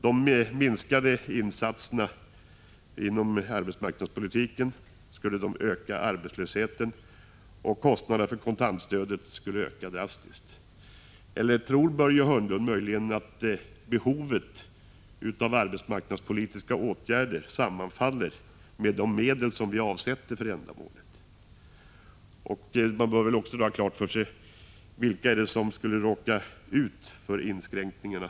De minskade insatserna inom arbetsmarknadspolitiken skulle öka arbetslösheten, och kostnaderna för kontantstödet skulle öka drastiskt. Eller tror Börje Hörnlund möjligen att behovet av arbetsmarknadspolitiska åtgärder sammanfal ler med storleken på de medel vi avsätter för ändamålet? Man bör också ha klart för sig vilka det är som skulle drabbas av inskränkningarna.